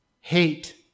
hate